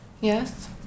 Yes